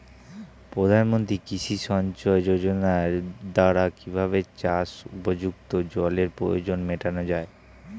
প্রধানমন্ত্রী কৃষি সিঞ্চাই যোজনার দ্বারা কিভাবে চাষ উপযুক্ত জলের প্রয়োজন মেটানো য়ায়?